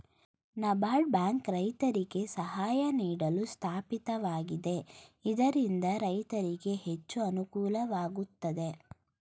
NABARD bank ರೈತರಿಗೆ ಸಹಾಯ ನೀಡಲು ಸ್ಥಾಪಿತವಾಗಿದೆ ಇದರಿಂದ ರೈತರಿಗೆ ಹೆಚ್ಚು ಅನುಕೂಲವಾಗುತ್ತದೆ